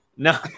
No